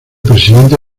presidente